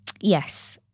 Yes